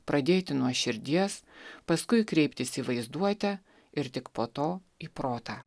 pradėti nuo širdies paskui kreiptis į vaizduotę ir tik po to į protą